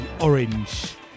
Orange